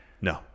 No